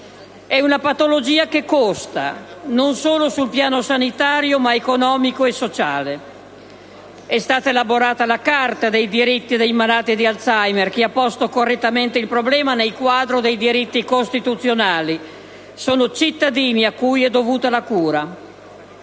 È una patologia che costa, non solo sul piano sanitario ma economico e sociale. È stata elaborata la Carta dei diritti dei malati di Alzheimer, che ha posto correttamente il problema nel quadro dei diritti costituzionali. Sono cittadini cui è dovuta la cura.